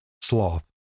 sloth